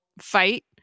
fight